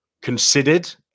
considered